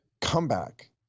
comeback